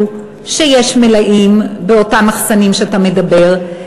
שיש מלאים באותם מחסנים שאתה מדבר עליהם,